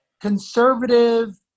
conservative